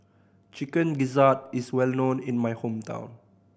Chicken Gizzard is well known in my hometown